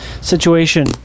situation